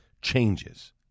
changes